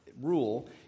rule